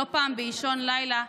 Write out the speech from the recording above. לא פעם באישון לילה,